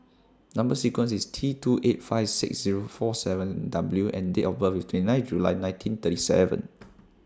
Number sequence IS T two eight five six Zero four seven W and Date of birth IS twenty nine July nineteen thirty seven